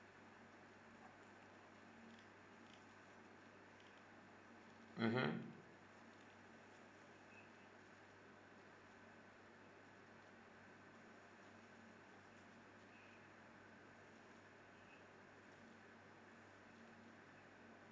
mmhmm